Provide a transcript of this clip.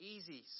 Easy